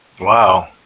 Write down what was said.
Wow